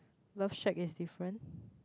love shack is different